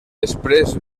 després